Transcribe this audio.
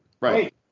right